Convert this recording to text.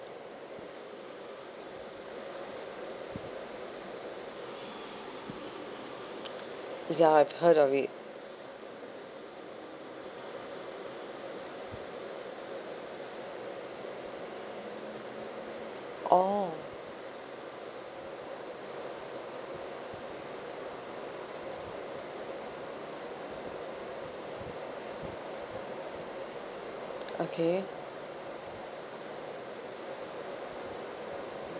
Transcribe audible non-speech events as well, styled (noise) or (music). (noise) ya I've heard of it oh (noise) okay